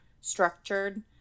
structured